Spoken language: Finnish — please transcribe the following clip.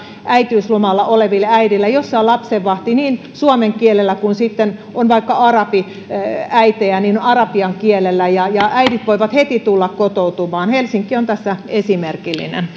äitiyslomalla oleville äideille kotoutumiskoulutusta jossa on lapsenvahti niin suomen kielellä kuin sitten kun on vaikka arabiäitejä arabian kielellä ja ja äidit voivat heti tulla kotoutumaan helsinki on tässä esimerkillinen